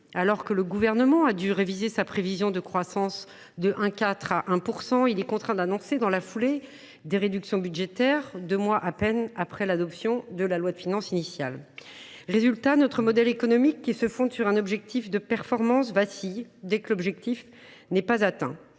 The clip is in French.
Alors que le Gouvernement a dû réviser sa prévision de croissance, de 1,4 % à 1 %, il est contraint, dans la foulée, d’annoncer des réductions budgétaires, deux mois à peine après l’adoption de la loi de finances initiale pour 2024. Notre modèle économique, qui se fonde sur un objectif de performance, vacille dès que cet objectif n’est pas atteint,